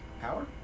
Power